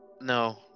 No